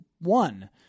one